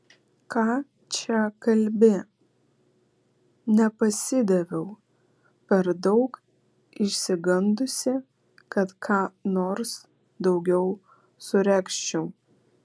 ką čia kalbi nepasidaviau per daug išsigandusi kad ką nors daugiau suregzčiau